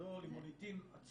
בית ספר גדול עם מוניטין עצום.